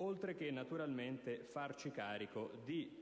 oltre che naturalmente farci carico di